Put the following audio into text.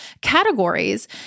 categories